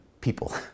people